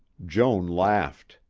joan laughed.